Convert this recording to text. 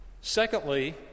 Secondly